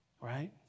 right